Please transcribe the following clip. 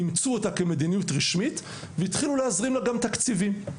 אימצו אותה כמדיניות רשמית והתחילו להזרים לה גם תקציבים.